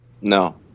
No